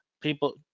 People